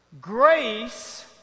Grace